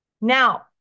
Now